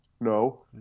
No